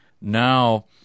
now